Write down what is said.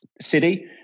city